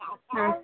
अच्छा